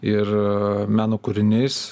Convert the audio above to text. ir meno kūriniais